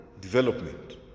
development